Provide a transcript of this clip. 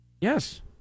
Yes